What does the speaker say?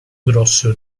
grosso